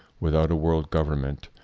without a world government,